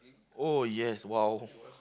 oh yes !wow!